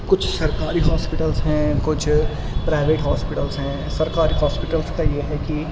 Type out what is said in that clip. کچھ سرکاری ہاسپٹلس ہیں کچھ پرائیویٹ ہاسپٹلس ہیں سرکاری ہاسپٹلس کا یہ ہے کہ